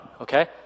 okay